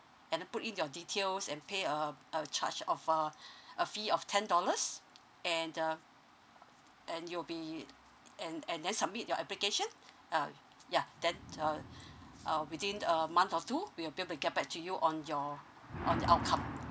and then put in your details and pay um a charge of uh a fee of ten dollars and uh and you'll be and and then submit your application ah yeah then uh uh within a month or two we'll be be get back to you on your on the outcome